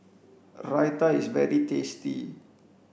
Raita is very tasty